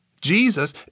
Jesus